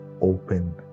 open